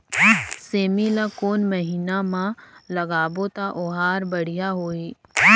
सेमी ला कोन महीना मा लगाबो ता ओहार बढ़िया होही?